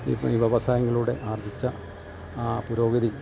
ഇപ്പോൾ ഈ വ്യവസായങ്ങളുടെ ആർജിച്ച ആ പുരോഗതി